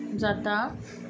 जाता